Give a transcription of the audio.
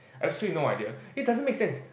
absolutely no idea it doesn't make sense